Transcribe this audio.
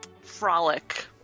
Frolic